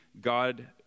God